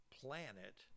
planet